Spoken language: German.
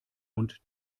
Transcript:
und